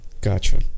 Gotcha